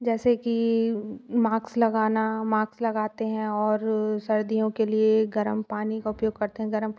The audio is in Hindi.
जैसे कि माक्स लगाना माक्स लगाते हैं और सर्दियों के लिए गर्म पानी का उपयोग करते हैं गर्म